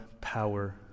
power